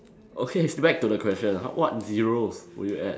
okay back to the question what zeros will you add